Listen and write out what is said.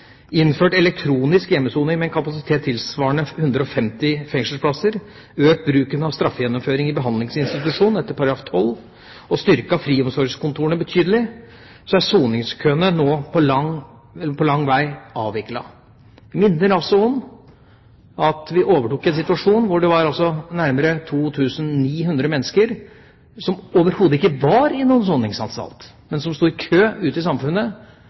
innført elektronisk hjemmesoning med en kapasitet tilsvarende 150 fengselsplasser, økt bruken av straffegjennomføring i behandlingsinstitusjon etter § 12 og styrket friomsorgskontorene betydelig er soningskøene nå langt på vei avviklet. Jeg minner om at vi overtok i en situasjon hvor nærmere 2 900 mennesker overhodet ikke var i noen soningsanstalt, men sto i kø ute i samfunnet,